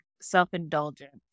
self-indulgence